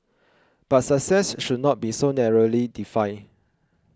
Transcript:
but success should not be so narrowly defined